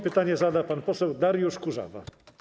Pytanie zada pan poseł Dariusz Kurzawa.